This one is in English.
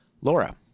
Laura